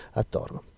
attorno